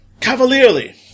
cavalierly